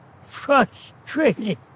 frustrated